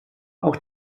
auch